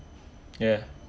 yeah